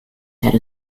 had